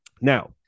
now